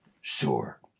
Sure